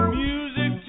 music